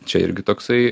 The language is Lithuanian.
čia irgi toksai